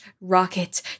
rocket